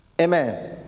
Amen